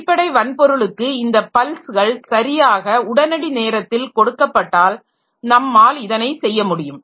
அடிப்படை வன்பொருளுக்கு இந்தப் பல்ஸ்கள் சரியாக உடனடி நேரத்தில் கொடுக்கப்பட்டால் நம்மால் இதனை செய்ய முடியும்